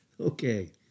Okay